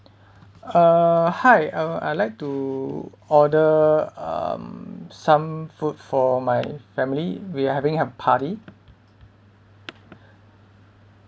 uh hi um I like to order um some food for my family we're having a party